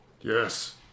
Yes